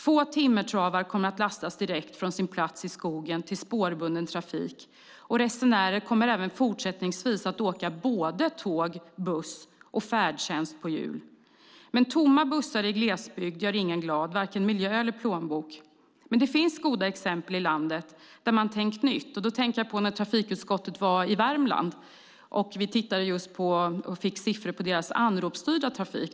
Få timmertravar kommer att lastas direkt från sin plats i skogen till spårbunden trafik, och resenärer kommer även fortsättningsvis att åka både tåg, buss och färdtjänst på hjul. Tomma bussar i glesbygd gör dock ingen glad, men det finns goda exempel i landet där man har tänkt nytt. Då tänker jag på när vi i trafikutskottet var i Värmland och fick siffror på deras anropsstyrda trafik.